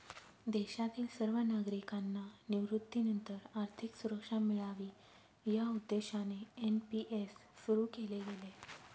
देशातील सर्व नागरिकांना निवृत्तीनंतर आर्थिक सुरक्षा मिळावी या उद्देशाने एन.पी.एस सुरु केले गेले